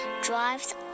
drives